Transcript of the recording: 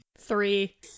three